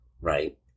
Right